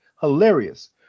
Hilarious